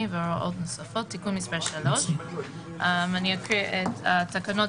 והוראות נוספות)(תיקון מס' 3)". אני אקריא את התקנות.